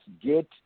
get